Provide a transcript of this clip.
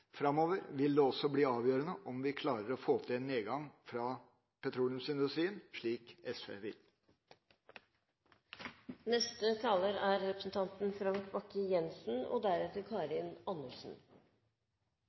Framover vil det også bli avgjørende om vi klarer å få til en nedgang fra petroleumsindustrien, slik SV vil. Høyre vil påpeke at skognæringen er